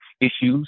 issues